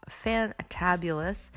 fantabulous